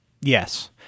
Yes